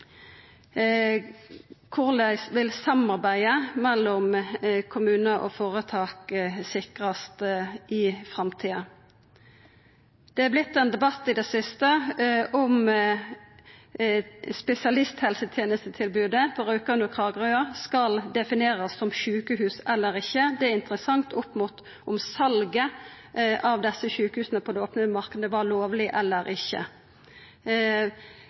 Korleis vil samarbeidet mellom kommunar og føretak sikrast i framtida? Det har vorte ein debatt i det siste om spesialisthelsetenestetilbodet på Rjukan og Kragerø skal definerast som sjukehus eller ikkje. Det er interessant opp mot om salet av desse sjukehusa på den opne marknaden var lovleg eller ikkje.